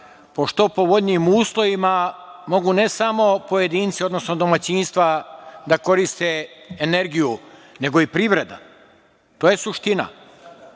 po što povoljnijim uslovima mogu, ne samo pojedinci, odnosno domaćinstva da koriste energiju, nego i privreda. To je suština